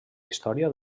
història